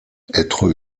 être